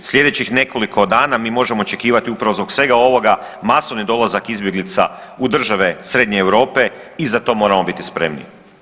Sljedećih nekoliko dana mi možemo očekivati upravo zbog svega ovoga masovni dolazak izbjeglica u države Srednje Europe i za to moramo biti spremni.